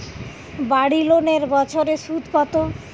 বাড়ি লোনের বছরে সুদ কত?